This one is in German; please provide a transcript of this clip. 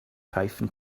pfeifen